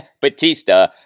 Batista